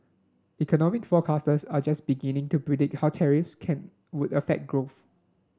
economic forecasters are just beginning to predict how tariffs can would affect growth